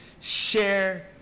Share